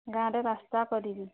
ଗାଁରେ ରାସ୍ତା କରିବି